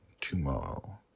tomorrow